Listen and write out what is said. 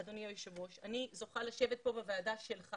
אדוני היושב-ראש, אני זוכה לשבת בוועדה שלך